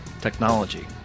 technology